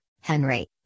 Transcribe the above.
Henry